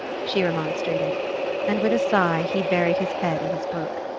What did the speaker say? she remonstrated and with a sigh he buried his head in his book.